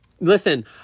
Listen